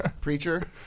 Preacher